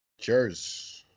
Cheers